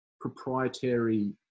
proprietary